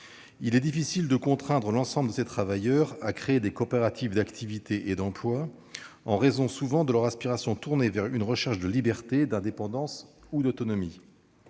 Il est difficile de contraindre l'ensemble de ces travailleurs à créer des coopératives d'activités et d'emplois, en raison souvent de leurs aspirations, tournées vers une recherche de liberté, d'indépendance et d'autonomie.